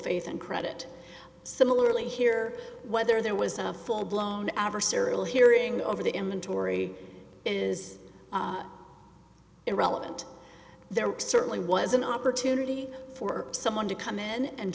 faith and credit similarly here whether there was a full blown adversarial hearing over the him and tory is irrelevant there certainly was an opportunity for someone to come in and